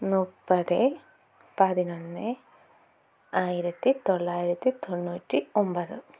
മുപ്പത് പതിനൊന്ന് ആയിരത്തി തൊള്ളായിരത്തി തൊണ്ണൂറ്റി ഒൻപത്